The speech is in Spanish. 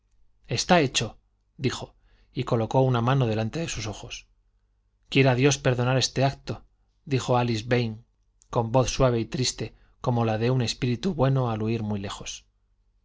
está hecho dijo y colocó una mano delante de sus ojos quiera dios perdonar este acto dijo álice vane con voz suave y triste como la de un espíritu bueno al huir muy lejos